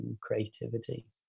creativity